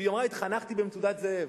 והיא אמרה: התחנכתי ב"מצודת זאב".